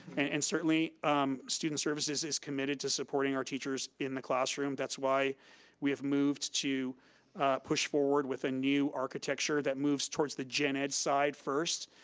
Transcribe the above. and certainly student services is committed to supporting our teachers in the classroom. that's why we have moved to push forward with a new architecture that moves towards the gen ed side first,